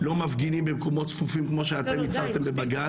לא מפגינים במקומות צפופים כמו שאתם הצהרתם בבג"צ,